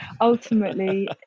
ultimately